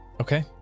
okay